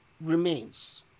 remains